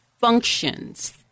functions